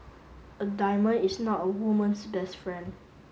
a diamond is not a woman's best friend